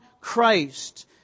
Christ